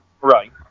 Right